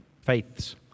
faiths